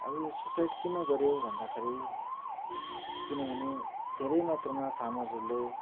अब यो सुसाइड किन गर्यो भन्दाखेरि किनभने धेरै मात्रमा फारमर्सहरूले